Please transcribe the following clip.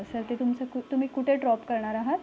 sir ते तुमचं कु तुम्ही कुठे ड्रॉप करणार आहात